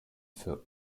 für